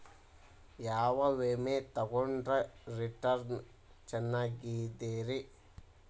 ಯಾವ ವಿಮೆ ತೊಗೊಂಡ್ರ ರಿಟರ್ನ್ ಚೆನ್ನಾಗಿದೆರಿ?